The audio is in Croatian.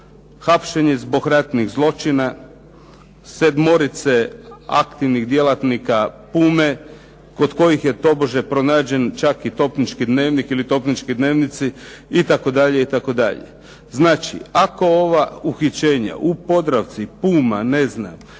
hapšenje zbog ratnih zločina sedmorice aktivnih djelatnika "Pume" kod kojih je tobože pronađen čak i topnički dnevnik ili topnički dnevnici itd. Znači, ako ova uhićenja u "Podravci", "Puma",